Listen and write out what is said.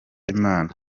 imana